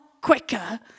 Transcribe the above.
quicker